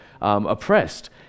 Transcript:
oppressed